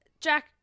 Jack